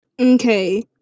Okay